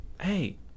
Hey